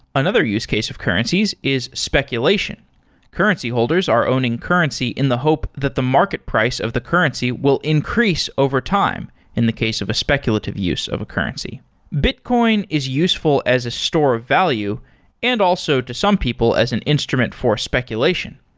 another use case of currencies is speculation currency holders are owning currency in the hope that the market price of the currency will increase over time in the case of a speculative use of a currency bitcoin is useful as a store of value and also to some people as an instrument for speculation.